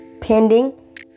pending